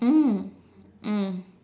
mm mm